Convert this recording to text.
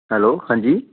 hello ਹਾਂਜੀ